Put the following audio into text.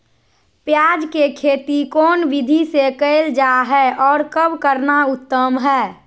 प्याज के खेती कौन विधि से कैल जा है, और कब करना उत्तम है?